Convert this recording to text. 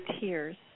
tears